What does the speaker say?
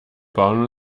bauen